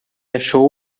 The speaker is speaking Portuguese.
achou